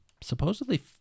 supposedly